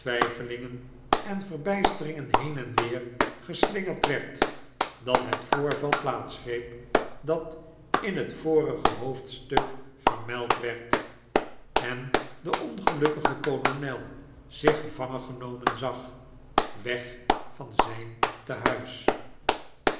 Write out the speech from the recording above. twijfelingen en verbijsteringen heen en weer geslingerd werd dat het voorval plaats greep dat in het vorige hoofdstuk vermeld werd en de ongelukkige kolonel zich gevangengenomen zag weg van zijn tehuis